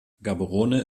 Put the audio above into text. gaborone